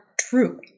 true